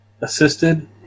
assisted